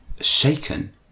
shaken